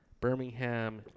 Birmingham